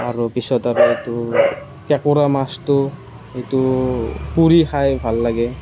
তাৰে পিছত আৰু এইটো কেকোৰা মাছটো সেইটো পুৰি খাই ভাল লাগে